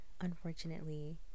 Unfortunately